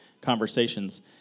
conversations